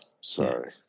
Sorry